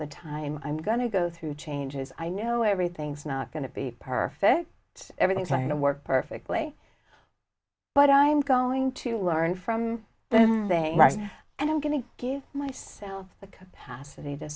the time i'm going to go through changes i know everything's not going to be perfect everything trying to work perfectly but i'm going to learn from this thing right and i'm going to give myself the capacity to